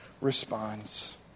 responds